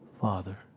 Father